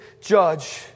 judge